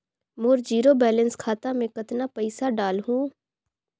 मोर zero balance खाता मे कतना पइसा डाल हूं?